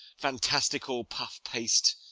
fantastical puff-paste.